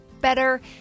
better